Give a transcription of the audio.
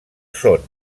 són